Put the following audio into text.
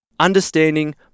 understanding